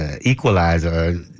equalizer